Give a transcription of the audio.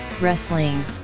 Wrestling